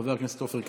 חבר הכנסת עופר כסיף,